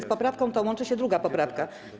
Z poprawką tą łączy się 2. poprawka.